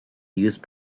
use